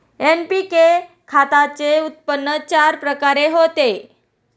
NPK खताचे उत्पन्न चार प्रकारे होते